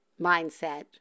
mindset